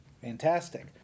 Fantastic